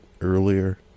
earlier